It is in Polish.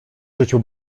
życiu